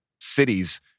cities